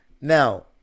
Now